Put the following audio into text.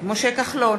משה כחלון,